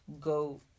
go